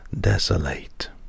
desolate